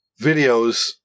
videos